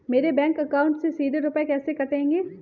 मेरे bank account से सीधे रुपए कैसे कटेंगे?